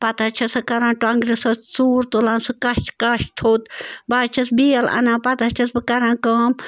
پتہٕ حظ چھَسکھ کَران ٹۄنٛگرِ سۭتۍ سوٗر تُلان سُہ کَچھ کَچھ تھوٚد بہٕ حظ چھَس بیل اَنان پتہٕ حظ چھَس بہٕ کَران کٲم